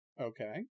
Okay